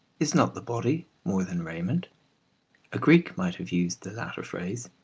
is not the body more than raiment a greek might have used the latter phrase.